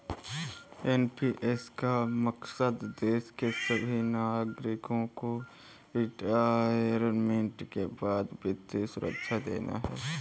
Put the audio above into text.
NPS का मकसद देश के सभी नागरिकों को रिटायरमेंट के बाद वित्तीय सुरक्षा देना है